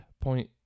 point